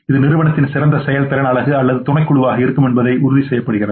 இது நிறுவனத்தின் சிறந்த செயல்திறன் அலகு அல்லது துணைக்குழுவாக இருக்கும் என்பதை உறுதிசெய்கிறது